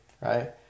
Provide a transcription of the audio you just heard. right